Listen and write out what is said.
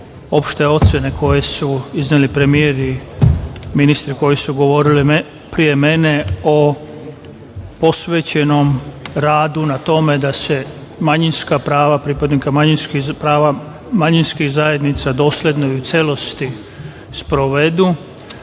opšte ocene koje su izneli premijer i ministri koji su govorili pre mene o posvećenom radu na tome da se manjinska prava pripadnika manjinskih zajednica dosledno i u celosti sprovedu.